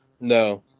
No